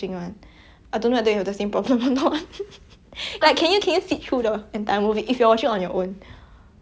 orh